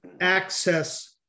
access